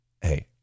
Hey